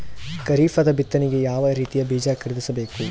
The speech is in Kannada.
ಖರೀಪದ ಬಿತ್ತನೆಗೆ ಯಾವ್ ರೀತಿಯ ಬೀಜ ಖರೀದಿಸ ಬೇಕು?